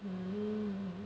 mmhmm